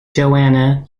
johanna